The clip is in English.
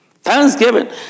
Thanksgiving